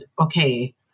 okay